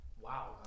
Wow